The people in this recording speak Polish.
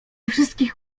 wszystkich